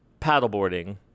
paddleboarding